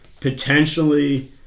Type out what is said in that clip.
potentially